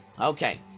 Okay